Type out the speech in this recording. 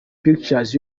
pictures